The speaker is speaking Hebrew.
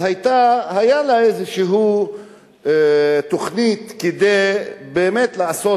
אז היתה לה איזושהי תוכנית כדי באמת לעשות